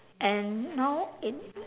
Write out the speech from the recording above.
and now it